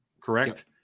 correct